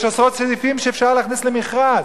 יש עשרות סעיפים שאפשר להכניס למכרז,